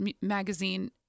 magazine—